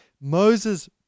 Moses